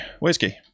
Whiskey